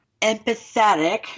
empathetic